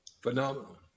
Phenomenal